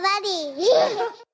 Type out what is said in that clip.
buddy